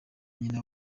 nyina